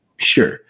Sure